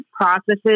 processes